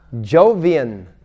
Jovian